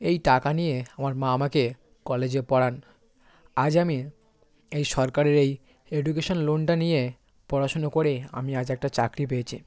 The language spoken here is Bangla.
এই টাকা নিয়ে আমার মা আমাকে কলেজে পড়ান আজ আমি এই সরকারের এই এডুকেশান লোনটা নিয়ে পড়াশুনো করে আমি আজ একটা চাকরি পেয়েছি